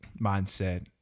mindset